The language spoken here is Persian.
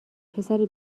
پسر